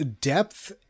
depth